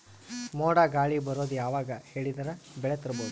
ಮೋಡ ಗಾಳಿ ಬರೋದು ಯಾವಾಗ ಹೇಳಿದರ ಬೆಳೆ ತುರಬಹುದು?